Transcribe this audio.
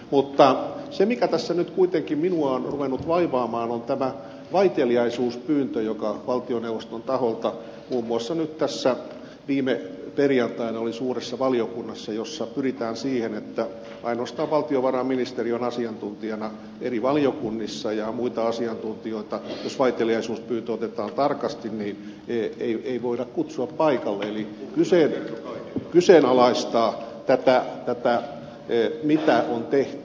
mutta se mikä tässä nyt kuitenkin minua on ruvennut vaivaamaan on tämä vaiteliaisuuspyyntö joka valtioneuvoston taholta muun muassa nyt tässä viime perjantaina oli suuressa valiokunnassa ja jolla pyritään siihen että ainoastaan valtiovarainministeri on asiantuntijana eri valiokunnissa ja muita asiantuntijoita jos vaiteliaisuuspyyntö otetaan tarkasti ei voida kutsua paikalle eli kyseenalaistaa tätä mitä on tehty